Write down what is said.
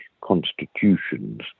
constitutions